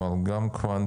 אלא גם קוונטים,